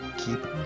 Keep